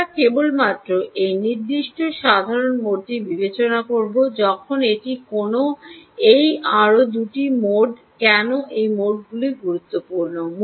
আমরা কেবলমাত্র এই নির্দিষ্ট সাধারণ মোডটি বিবেচনা করব যখন এটি কেন এই আরও 2 টি 2 মোড কেন এই মোডগুলি গুরুত্বপূর্ণ